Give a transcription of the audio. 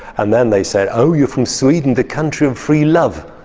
and then they said, oh you're from sweden, the country of free love.